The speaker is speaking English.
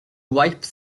wipe